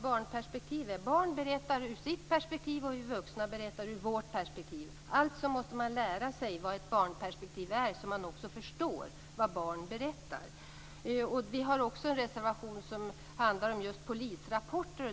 Barn berättar ur deras perspektiv. Vi vuxna berättar ur vårt perspektiv. Alltså måste man lära sig vad ett barnperspektiv är, så att man förstår vad barn berättar. Vi har en reservation som rör polisrapporter.